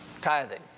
tithing